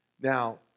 Now